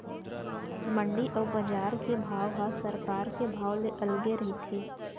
मंडी अउ बजार के भाव ह सरकार के भाव ले अलगे रहिथे